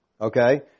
Okay